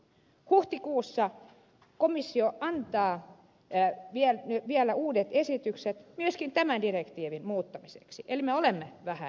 huhtikuussa komissio antaa vielä uudet esitykset myös tämän direktiivin muuttamiseksi eli me olemme vähän myöhässä